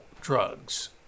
drugs